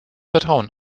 vertrauen